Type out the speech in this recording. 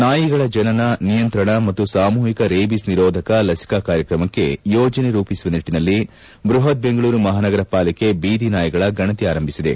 ನಾಯಿಗಳ ಜನನ ನಿಯಂತ್ರಣ ಮತ್ತು ಸಾಮೂಹಿಕ ರೇಬಿಸ್ ನಿರೋಧಕ ಲಸಿಕಾ ಕಾರ್ಯಕ್ರಮಕ್ಕೆ ಯೋಜನೆ ರೂಪಿಸುವ ನಿಟ್ಟನಲ್ಲಿ ಬ್ಲಹತ್ ಬೆಂಗಳೂರು ಮಹಾನಗರ ಪಾಲಿಕೆ ಬೀದಿ ನಾಯಿಗಳ ಗಣತಿ ಆರಂಭಿಸಿದೆ